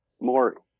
more